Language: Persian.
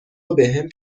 وبهم